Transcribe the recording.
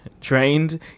trained